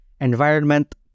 environment